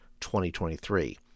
2023